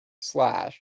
slash